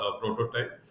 prototype